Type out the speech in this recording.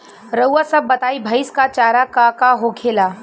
रउआ सभ बताई भईस क चारा का का होखेला?